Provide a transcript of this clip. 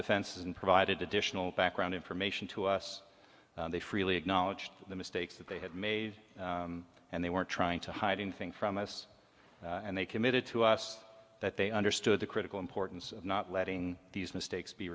offenses and provided additional background information to us they freely acknowledged the mistakes that they had made and they were trying to hide anything from us and they committed to us that they understood the critical importance of not letting these mistakes be